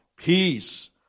Peace